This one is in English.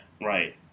right